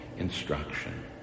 instruction